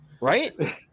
Right